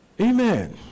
Amen